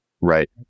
Right